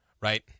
right